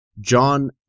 John